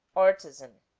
artisan